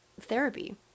therapy